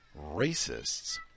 racists